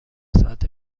ساعت